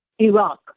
Iraq